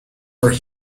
where